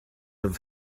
have